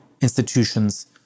institutions